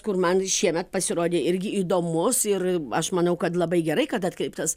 kur man šiemet pasirodė irgi įdomus ir aš manau kad labai gerai kad atkreiptas